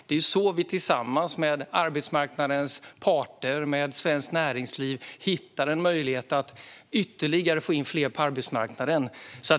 Det är så vi tillsammans med arbetsmarknadens parter och svenskt näringsliv hittar en möjlighet att få in ännu fler på arbetsmarknaden.